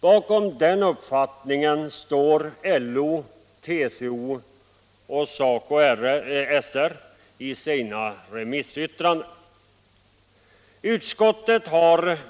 Bakom den uppfattningen står LO, TCO och SACO/SR i sina remissyttranden.